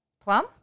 plum